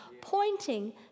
pointing